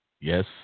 Yes